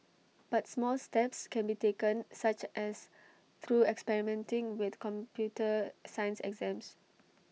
but small steps can be taken such as through experimenting with computer science exams